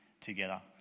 together